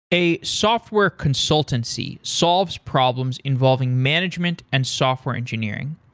a software consultancy solves problems involving management and software engineering.